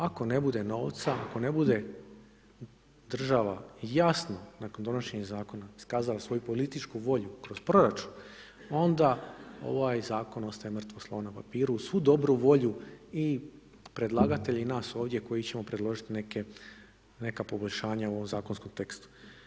Ako ne bude novca, ako ne bude država jasno nakon donošenja zakona iskazala svoju političku volju kroz proračun onda ovaj zakona ostaje mrtvo slovo na papiru uz svu dobru volju i predlagatelja i nas ovdje koji ćemo predložiti neka poboljšanja u ovom zakonskom tekstu.